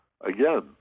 Again